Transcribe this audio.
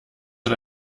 hat